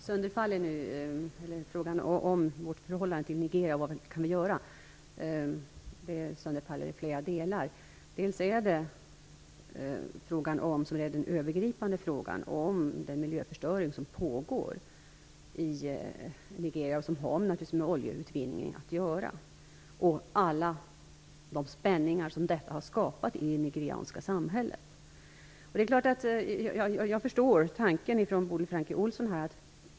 Fru talman! Frågan om vårt förhållande till Nigeria, och om vad vi kan göra, sönderfaller i flera delar. Delvis är det en övergripande fråga om den miljöförstöring som pågår i Nigeria, och som naturligtvis har med oljeutvinningen att göra, och om alla de spänningar detta har skapat i det nigerianska samhället. Jag förstår tanken från Bodil Francke Ohlsson.